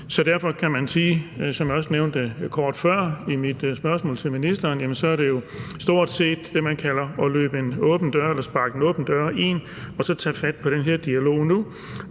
Derfor kan man sige, som jeg også nævnte kort før i mit spørgsmål til ministeren, at det jo stort set er det, man kalder at sparke en åben dør ind, at tage fat på den her dialog nu.